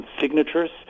signatures